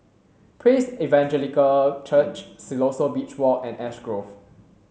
Praise Evangelical Church Siloso Beach Walk and Ash Grove